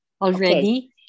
already